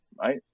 right